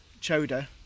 Choda